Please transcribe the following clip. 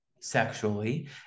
sexually